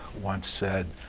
once said,